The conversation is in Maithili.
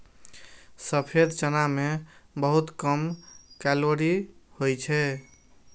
सफेद चना मे बहुत कम कैलोरी होइ छै